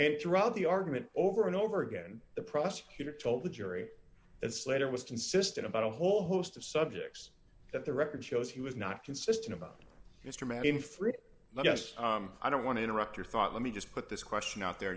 and throughout the argument over and over again the prosecutor told the jury that slater was consistent about a whole host of subjects that the record shows he was not consistent about mr manning for it let us i don't want to interrupt your thought let me just put this question out there